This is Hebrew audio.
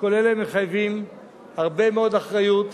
כל אלה מחייבים הרבה מאוד אחריות,